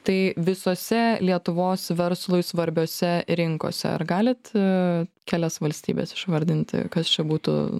tai visose lietuvos verslui svarbiose rinkose ar galit kelias valstybes išvardinti kas čia būtų